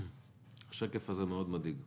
השקף הזה מאוד מדאיג,